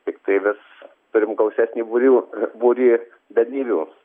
tiktai vis turim gausesnį būrių būrį dalyvių